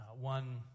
one